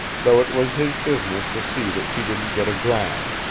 though it was his business to see that she didn't get aground.